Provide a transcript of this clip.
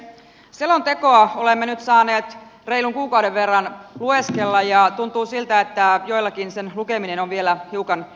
selontekoa olemme nyt saaneet reilun kuukauden verran lueskella ja tuntuu siltä että joillakin sen lukeminen on vielä hiukan kesken